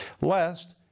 lest